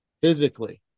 physically